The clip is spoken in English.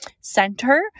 center